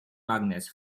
magnets